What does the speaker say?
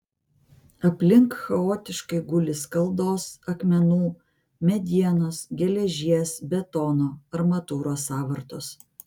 aplink chaotiškai guli skaldos akmenų medienos geležies betono armatūros sąvartos